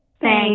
Thanks